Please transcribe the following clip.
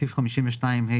בסעיף 52ד(ה),